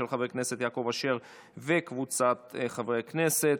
של חבר הכנסת יעקב אשר וקבוצת חברי הכנסת.